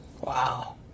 Wow